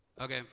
okay